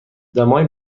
دمای